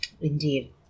Indeed